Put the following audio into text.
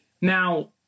Now